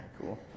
cool